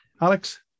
Alex